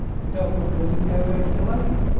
the government was in no way to blame.